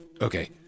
Okay